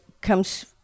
comes